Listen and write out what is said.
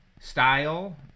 style